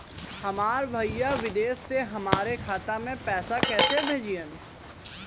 हमार भईया विदेश से हमारे खाता में पैसा कैसे भेजिह्न्न?